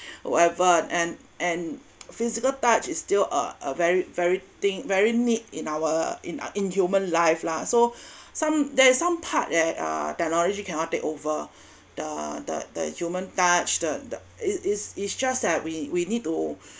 whoever and and physical touch is still a a very very think very need in our in in human life lah so some there's some part that uh technology cannot take over the the the human touch the the is is is just that we we need to